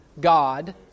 God